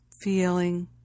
feeling